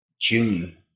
June